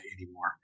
anymore